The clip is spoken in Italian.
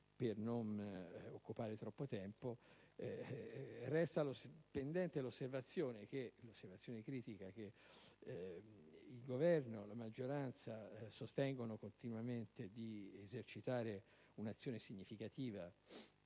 per non occupare troppo tempo, resta pendente l'osservazione critica che, mentre il Governo e la maggioranza sostengono continuamente di esercitare un'azione significativa